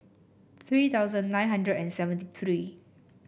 three thousand nine hundred and seventy three